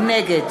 נגד